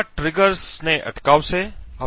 તેથી આ ટ્રિગર્સને અટકાવશે